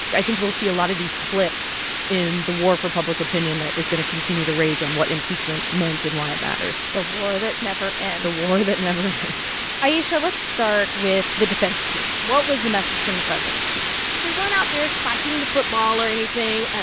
i think we'll see a lot of these clips in the war for public opinion that is going to continue to rage on what impeachment meant and why it matters the war that never ends the war that never ends ayesha, let's start with the defense team. what was the message from the president's they weren't out there spiking the football or anything. ah